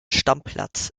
stammplatz